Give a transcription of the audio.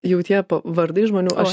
jau tie vardai žmonių aš